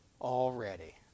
already